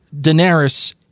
Daenerys